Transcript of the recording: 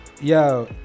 yo